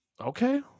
Okay